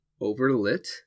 overlit